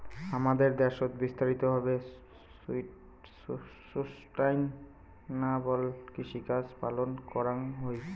হামাদের দ্যাশোত বিস্তারিত ভাবে সুস্টাইনাবল কৃষিকাজ পালন করাঙ হই